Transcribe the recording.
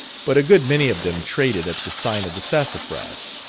but a good many of them traded at the sign of the sassafras,